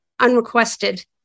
unrequested